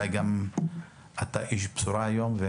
אולי אתה גם איש בשורה היום.